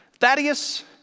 Thaddeus